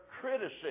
criticism